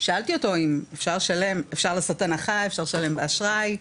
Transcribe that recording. שאלתי אותו אם אפשר לעשות הנחה, אפשר לשלם באשראי,